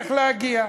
איך להגיע,